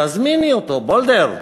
תזמיני אותו, הולדר.